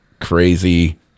crazy